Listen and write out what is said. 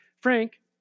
Frank